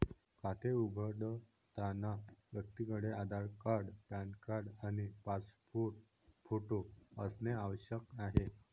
खाते उघडताना व्यक्तीकडे आधार कार्ड, पॅन कार्ड आणि पासपोर्ट फोटो असणे आवश्यक आहे